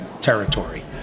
territory